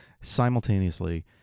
simultaneously